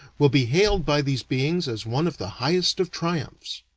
will be hailed by these beings as one of the highest of triumphs.